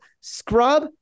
Scrub